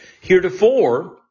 Heretofore